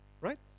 right